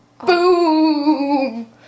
Boom